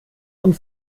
und